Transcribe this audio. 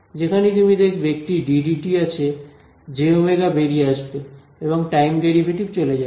যেখানেই তুমি দেখবে একটি d dt আছে jω বেরিয়ে আসবে এবং টাইম ডেরিভেটিভ চলে যাবে